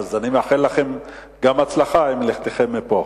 אז אני מאחל לכם גם הצלחה עם לכתכם מפה.